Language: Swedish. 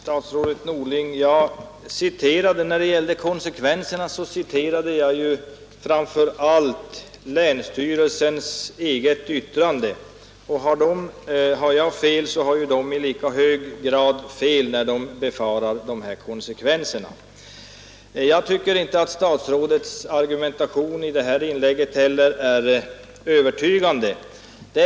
Herr talman! När det gällde konsekvenserna citerade jag framför allt länsstyrelsens yttrande. Har jag fel när jag drar dessa konsekvenser så har länsstyrelsen det i lika hög grad. Jag tycker inte att statsrådets argumentation i det senaste inlägget var övertygande heller.